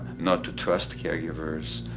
not to trust caregivers,